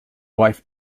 wife